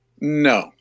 No